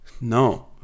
No